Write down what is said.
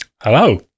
hello